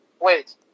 Wait